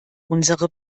unsere